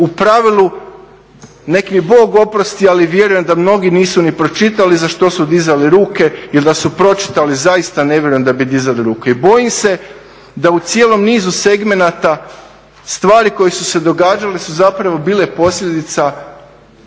u pravilu, nek mi Bog oprosti, ali vjerujem da mnogi nisu ni pročitali za što su dizali ruke jer da su pročitali zaista ne vjerujem da bi dizali ruke. I bojim se da u cijelom nizu segmenata stvari koje su se događale su zapravo bile posljedica